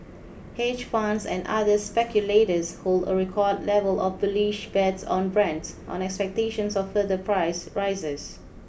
hedge funds and other speculators hold a record level of bullish bets on Brent on expectations of further price rises